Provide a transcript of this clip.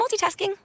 multitasking